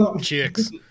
Chicks